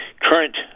current